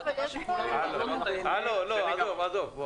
עזוב, עזוב.